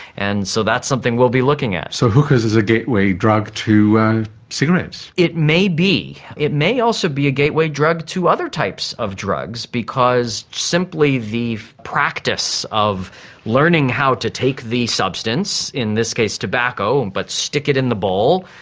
and so that's something we will be looking at. so hookahs is a gateway drug to cigarettes. it may be. it may also be a gateway drug to other types of drugs because simply the practice of learning how to take the substance, in this case tobacco, but stick it in the bowl,